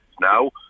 now